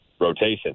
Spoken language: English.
rotation